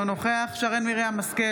אינו נוכח שרן מרים השכל,